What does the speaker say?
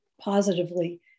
positively